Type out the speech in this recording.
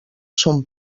son